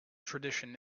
tradition